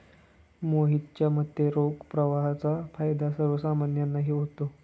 मोहितच्या मते, रोख प्रवाहाचा फायदा सर्वसामान्यांनाही होतो